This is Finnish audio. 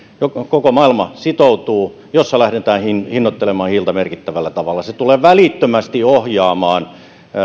koko maailma sitoutuu jossa lähdetään hinnoittelemaan hiiltä merkittävällä tavalla se tulee välittömästi ohjaamaan